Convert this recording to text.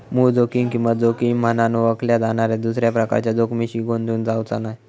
मूळ जोखीम किंमत जोखीम म्हनान ओळखल्या जाणाऱ्या दुसऱ्या प्रकारच्या जोखमीशी गोंधळून जावचा नाय